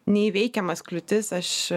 neįveikiamas kliūtis aš